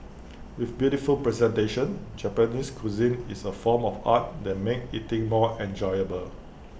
with beautiful presentation Japanese cuisine is A form of art that make eating more enjoyable